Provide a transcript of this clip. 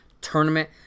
Tournament